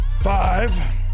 five